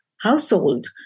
household